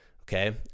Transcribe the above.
Okay